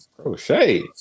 Crochet